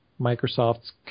Microsoft's